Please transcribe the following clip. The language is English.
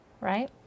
right